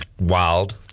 wild